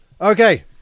Okay